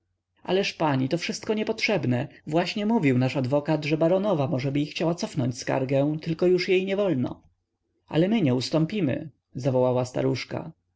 ależ pani to wszystko niepotrzebne właśnie mówił nasz adwokat że baronowa możeby i chciała cofnąć skargę tylko już nie wolno ależ my ustąpimy zawołała staruszka